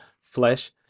flesh